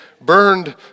burned